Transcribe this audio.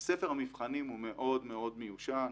ספר המבחנים הוא מאוד מאוד מיושן.